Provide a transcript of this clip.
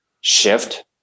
shift